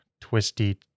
twisty